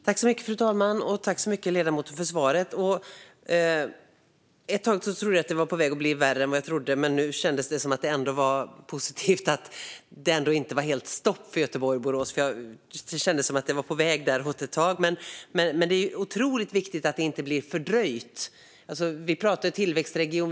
Fru talman! Tack, ledamoten, för svaret! Ett tag kändes det som om det var på väg att bli värre än jag trott, men nu känns det positivt att det inte var helt stopp för Göteborg-Borås. Det är dock otroligt viktigt att det inte blir fördröjt utan att det får möjlighet att byggas.